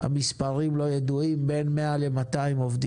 המספרים לא ידועים, בין 100 200 עובדים.